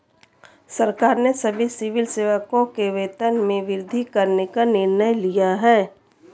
सरकार ने सभी सिविल सेवकों के वेतन में वृद्धि करने का निर्णय लिया है